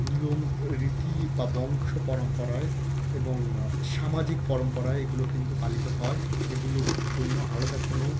নিয়ম রীতি বা বংশ পরম্পরায় এবং সামাজিক পরম্পরায় এগুলো কিন্তু পালিত হয় এগুলোর জন্য আলাদা কোনও